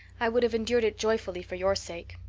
i would have endured it joyfully for your sake.